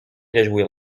réjouir